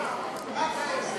אדוני.